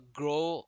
grow